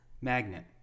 Magnet